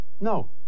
no